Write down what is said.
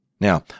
Now